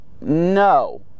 no